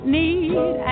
need